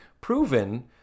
proven